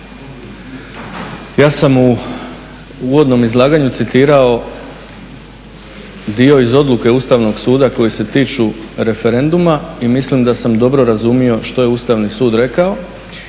ja sam u uvodnom izlaganju citirao dio iz odluke Ustavnog suda koji se tiču referenduma i mislim da sam dobro razumio što je Ustavni sud rekao.